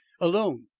alone?